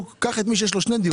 קח את מי שיש לו שתיים,